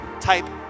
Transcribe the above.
type